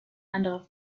anderer